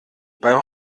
beim